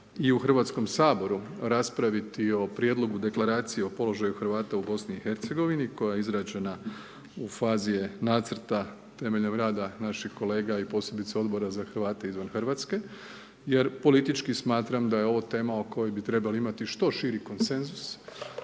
Hrvatskom saboru raspraviti o prijedlogu Deklaracije o položaju Hrvata u BiH koja je izrađena u fazi je nacrta temeljem rada naših kolega i posebice Odbora za Hrvate izvan Hrvatske jer politički smatram da je ovo tema o kojoj bi trebali imati što širi konsenzus,